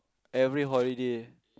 every holiday